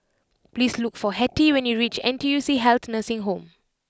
please look for Hetty when you reach N T U C Health Nursing Home